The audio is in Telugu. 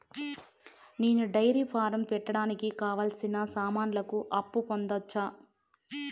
నేను డైరీ ఫారం పెట్టడానికి కావాల్సిన సామాన్లకు అప్పు పొందొచ్చా?